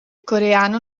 coreano